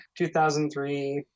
2003